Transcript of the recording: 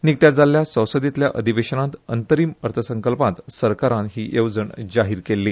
निकत्याच जाल्ल्या संसदेंतल्या अधिवेशनांत अंतरीम अर्थसंकल्प सरकारान ही येवजण जाहीर केल्ली